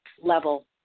level